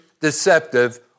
deceptive